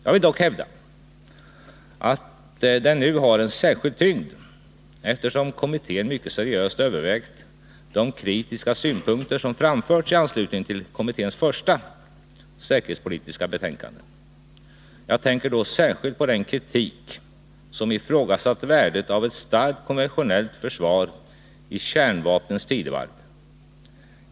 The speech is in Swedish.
Jag vill dock hävda att den nu har en särskild tyngd eftersom kommittén mycket seriöst övervägtde Nr 133 kritiska synpunkter som framförts i anslutning till kommitténs första, Torsdagen den säkerhetspolitiska betänkande. Jag tänker då särskilt på den kritik som 7 maj 1981 ifrågasatt värdet av ett starkt konventionellt försvar i kärnvapnens tidevarv.